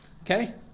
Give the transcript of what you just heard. Okay